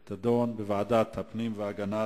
את הנושא לוועדת הפנים והגנת